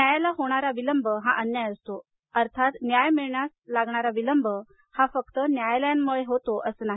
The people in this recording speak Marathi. न्यायाला होणारा विलंब हा अन्याय असतो अर्थात न्याय मिळण्यास लागणारा विलंब हा फक्त न्यायालायांमुळे होतो असं नाही